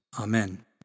Amen